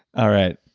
all right.